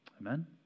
Amen